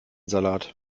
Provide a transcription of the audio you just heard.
salat